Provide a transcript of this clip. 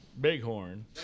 Bighorn